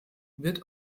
wird